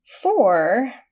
four